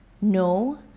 no